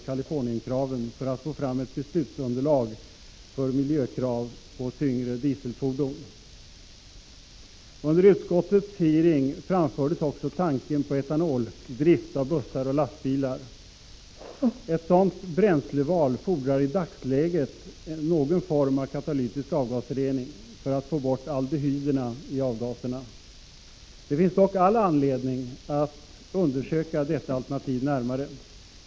Kalifornienkraven för att få fram ett underlag för beslut om miljökrav när det gäller tyngre dieselfordon. Under utskottets hearing framfördes också tanken på etanoldrift av bussar och lastbilar. Ett sådant bränsleval fordrar i dagsläget någon form av katalytisk avgasrening för att man skall kunna få bort aldehyderna i avgaserna. Det finns dock all anledning att undersöka detta alternativ närmare.